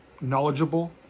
knowledgeable